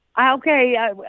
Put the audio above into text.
Okay